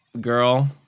girl